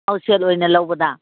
ꯑꯧ ꯁꯦꯠ ꯑꯣꯏꯅ ꯂꯧꯕꯗ